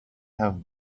have